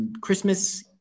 Christmas